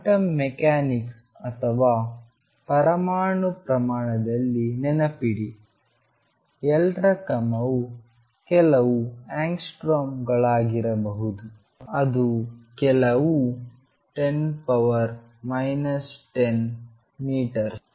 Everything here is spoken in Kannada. ಕ್ವಾಂಟಮ್ ಮೆಕ್ಯಾನಿಕ್ಸ್ ಅಥವಾ ಪರಮಾಣು ಪ್ರಮಾಣದಲ್ಲಿ ನೆನಪಿಡಿ L ನ ಕ್ರಮವು ಕೆಲವು ಆಂಗ್ಸ್ಟ್ರಾಮ್ಗಳಾಗಿರಬಹುದು ಅದು ಕೆಲವು 10 10 ಮೀಟರ್